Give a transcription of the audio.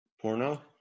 Porno